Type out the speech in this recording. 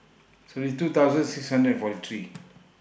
seventy two thousand six hundred and forty three